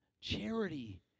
Charity